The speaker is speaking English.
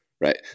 right